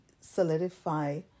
solidify